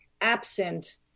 absent